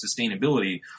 sustainability